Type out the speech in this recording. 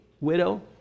widow